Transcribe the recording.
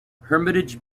hermitage